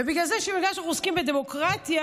ובגלל שאנחנו עוסקים בדמוקרטיה,